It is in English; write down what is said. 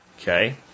Okay